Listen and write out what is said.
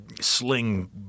sling